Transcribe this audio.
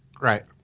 right